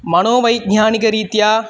मनोवैज्ञानिकरीत्या